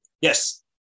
yes